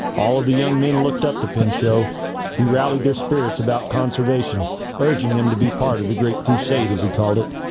all of the young men looked up to pinchot he rallied their spirits about conservation urging them to be part of the great crusade as he called it